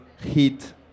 heat